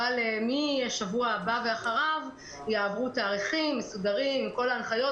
אבל מהשבוע הבא ואחריו יעברו תאריכים מסודרים עם כל ההנחיות,